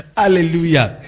hallelujah